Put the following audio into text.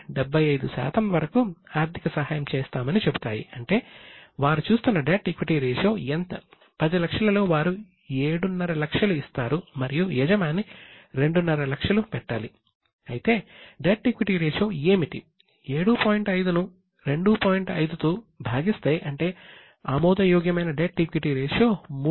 10 లక్షలలో వారు 7